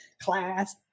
class